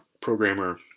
programmer